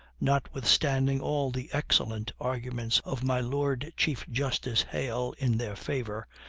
notwithstanding all the excellent arguments of my lord chief-justice hale in their favor,